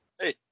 Hey